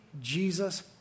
Jesus